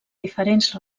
diferents